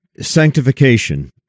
Sanctification